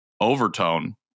overtone